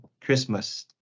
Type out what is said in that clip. Christmas